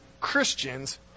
Christians